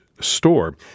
store